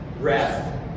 Rest